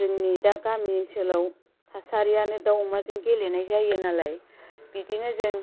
जोंनि दा गामि ओनसोलाव थासारियानो दाउ अमाजों गेलेनाय जायो नालाय बिदिनो जों